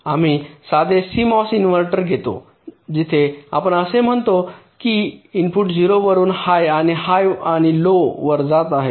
आम्ही साधे CMOS inverter घेतो जिथे आपण असे म्हणतो की इनपुट 0 वरुन हाय आणि हाय आणि लो वर जात आहे